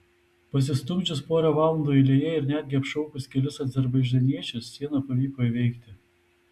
pasistumdžius porą valandų eilėje ir netgi apšaukus kelis azerbaidžaniečius sieną pavyko įveikti